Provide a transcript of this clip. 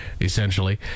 essentially